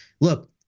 Look